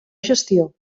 gestió